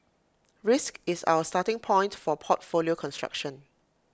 risk is our starting point for portfolio construction